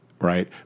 right